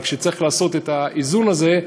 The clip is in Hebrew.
אבל כשצריך לעשות את האיזון הזה,